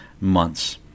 months